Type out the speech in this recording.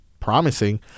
promising